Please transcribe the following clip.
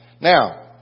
Now